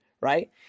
right